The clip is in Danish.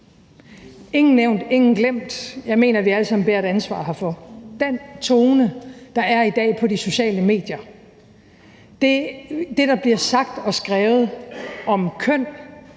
Ingen nævnt, ingen glemt; jeg mener, at vi alle sammen bærer et ansvar herfor. Den tone, der er i dag på de sociale medier, og det, der bliver sagt og skrevet om køn,